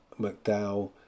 McDowell